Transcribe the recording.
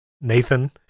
Nathan